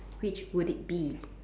which would it be